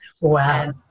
Wow